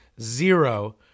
Zero